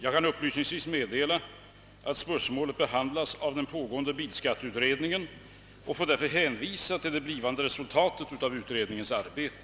Jag kan upplysningsvis meddela att spörsmålet behandlas av den pågående bilskatteutredningen och får därför hänvisa till det blivande resultatet av utredningens arbete.